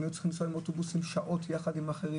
הם היו צריכים להיות במשך שעות יחד עם אחרים,